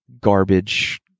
garbage